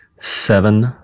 seven